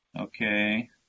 okay